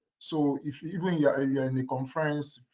so if you're yeah yeah in a conference,